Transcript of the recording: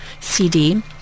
CD